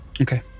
Okay